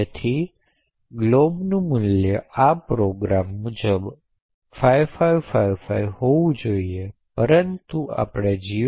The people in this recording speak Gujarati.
તેથીglobનું મૂલ્ય આ પ્રોગ્રામ મુજબ 5555 હોવું જોઈએ પરંતુ આપણે જી